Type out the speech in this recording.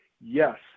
Yes